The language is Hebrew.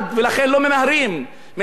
מנסים להביא אותו בדקה התשעים,